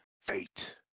Fate